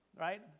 right